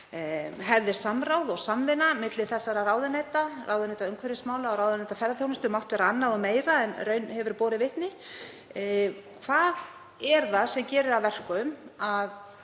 Hefði samráð og samvinna milli þessara ráðuneyta, ráðuneytis umhverfismála og ráðuneytis ferðaþjónustu, mátt vera annað og meira en raun hefur borið vitni? Hvað er það sem gerir að verkum að